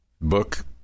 Book